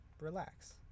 relax